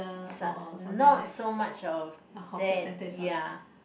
su~ not so much of that ya